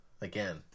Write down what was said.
again